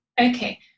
Okay